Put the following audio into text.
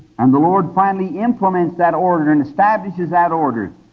and the lord finally implements that order and establishes that order,